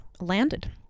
Landed